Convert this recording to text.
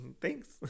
thanks